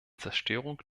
zerstörung